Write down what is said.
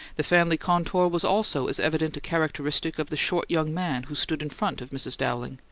the family contour was also as evident a characteristic of the short young man who stood in front of mrs. dowling,